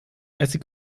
essig